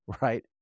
right